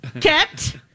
Kept